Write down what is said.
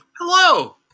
Hello